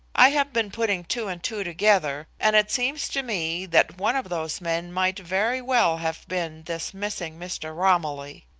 i have been putting two and two together, and it seems to me that one of those men might very well have been this missing mr. romilly.